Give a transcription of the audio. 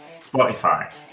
Spotify